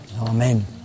Amen